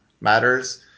matters